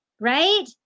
Right